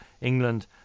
England